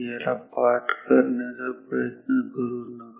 याला पाठ करण्याचा प्रयत्न करू नका